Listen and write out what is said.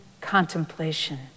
contemplation